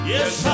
Yes